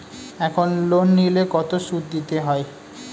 এখন লোন নিলে কত সুদ দিতে হয়?